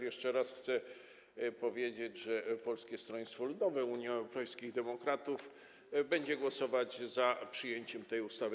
Jeszcze raz chcę powiedzieć, że Polskie Stronnictwo Ludowe - Unia Europejskich Demokratów będzie głosować za przyjęciem tej ustawy.